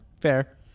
fair